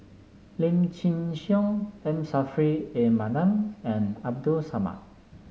Lim Chin Siong M Saffri A Manaf and Abdul Samad